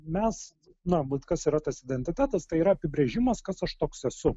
mes na bet kas yra tas identitetas tai yra apibrėžimas kas aš toks esu